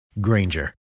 Granger